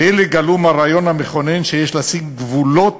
באלה גלום הרעיון המכונן שיש לשים גבולות